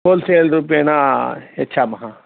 wholesale रूपेण यच्छामः